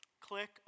click